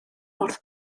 wrth